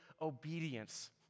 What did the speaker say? obedience